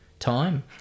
Time